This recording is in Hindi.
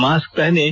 मास्क पहनें